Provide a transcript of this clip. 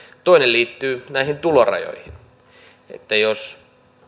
toinen liittyy näihin tulorajoihin jos